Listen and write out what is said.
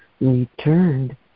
returned